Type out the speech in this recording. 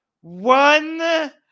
One